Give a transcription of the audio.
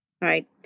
right